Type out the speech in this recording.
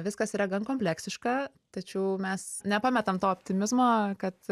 viskas yra gan kompleksiška tačiau mes nepametam to optimizmo kad